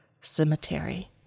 cemetery